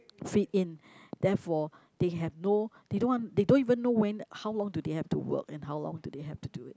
fit in therefore they have no they don't want they don't even know when how long do they have to work or how long do they have to do it